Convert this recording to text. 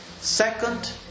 Second